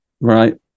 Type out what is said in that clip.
right